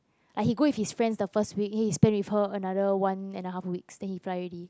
like he go with his friend the first week then he spend with her another one and a half weeks then he fly already